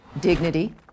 Dignity